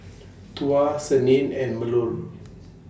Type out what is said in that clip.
Tuah Senin and Melur